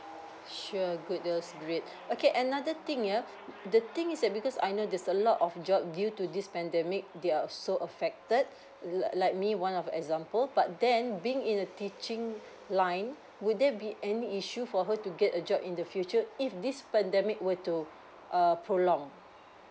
sure good that's great okay another thing yeah the thing is that because I know there's a lot of job due to this pandemic they are also affected li~ like me one of example but then being in the teaching line would there be any issue for her to get a job in the future if this pandemic were to err prolong